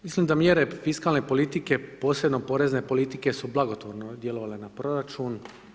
Mislim da mjere fiskalne politike, posebno porezne politike su blagotvorno djelovale na proračun.